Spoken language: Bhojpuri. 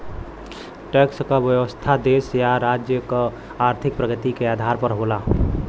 टैक्स क व्यवस्था देश या राज्य क आर्थिक प्रगति क आधार होला